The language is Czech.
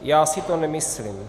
Já si to nemyslím.